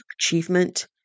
achievement